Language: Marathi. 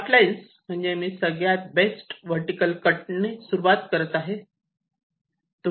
डॉट लाइन्स म्हणजे मी सगळ्यात बेस्ट वर्टीकल कटने सुरुवात करत आहे